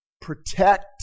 protect